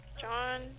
John